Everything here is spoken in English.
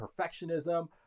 perfectionism